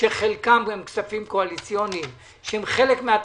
שחלקם גם כספים קואליציוניים שהם חלק מן התקציב,